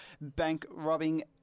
bank-robbing